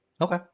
okay